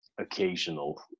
occasional